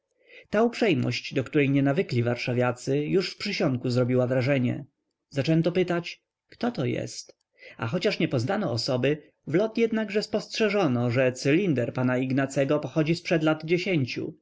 ta uprzejmość do której nie nawykli warszawiacy już w przysionku zrobiła wrażenie zaczęto pytać się kto to jest a chociaż nie poznano osoby w lot jednakże spostrzeżono że cylinder pana ignacego pochodzi zprzed lat dziesięciu